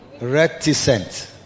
Reticent